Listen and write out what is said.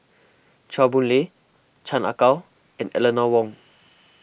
Chua Boon Lay Chan Ah Kow and Eleanor Wong